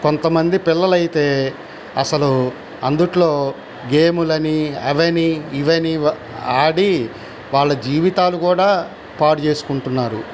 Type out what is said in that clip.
కొంతమంది పిల్లలయితే అసలు అందుట్లో గేములని అవనీ ఇవనీ ఆడి వాళ్ళ జీవితాలు కూడా పాడుచేసుకుంటున్నారు